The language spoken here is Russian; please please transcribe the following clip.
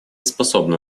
способно